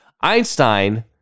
Einstein